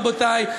רבותי,